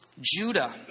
Judah